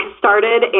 started